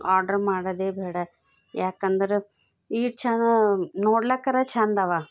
order ಮಾಡೋದೇ ಬೇಡ ಏಕೆಂದ್ರೆ ಇಷ್ಟು ಚೆಂದ ನೋಡೋಕ್ಕರೆ ಚೆಂದವ